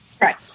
Right